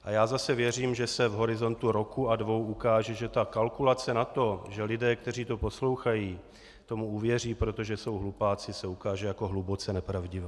A já zase věřím, že se v horizontu roku a dvou ukáže, že kalkulace na to, že lidé, kteří to poslouchají, tomu uvěří, protože jsou hlupáci, se ukáže jako hluboce nepravdivá.